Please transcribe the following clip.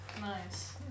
nice